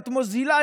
את מוזילה?